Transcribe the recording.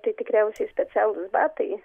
tai tikriausiai specialūs batai